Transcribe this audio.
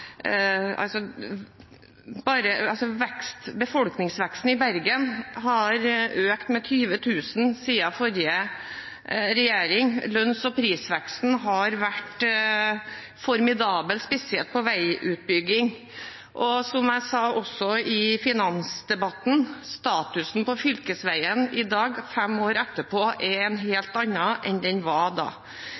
Lønns- og prisveksten har vært formidabel, spesielt når det gjelder veiutbygging. Og som jeg sa i finansdebatten: Statusen for fylkesveiene i dag – fem år etterpå – er en helt annen enn den var da.